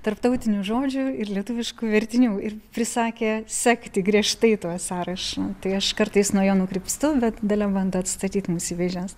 tarptautinių žodžių ir lietuviškų vertinių ir prisakė sekti griežtai tuo sąrašu tai aš kartais nuo jo nukrypstu bet dalia bando atstatyt mus į vėžes